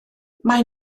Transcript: mae